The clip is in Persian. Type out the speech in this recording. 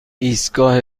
ایستگاه